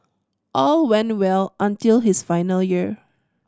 all went well until his final year